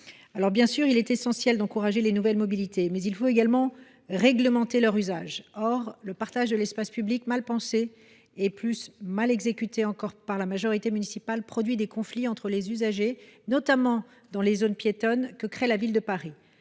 âgées. S’il est essentiel d’encourager les nouvelles mobilités, il faut également réglementer leur usage. Or le partage de l’espace public, mal pensé et plus mal exécuté encore par la majorité municipale, entraîne des conflits entre les usagers, notamment dans les zones piétonnes que crée la Ville de Paris.